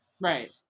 Right